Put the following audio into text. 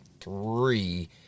three